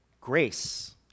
Grace